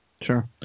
Sure